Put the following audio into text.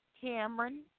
Cameron